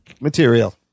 material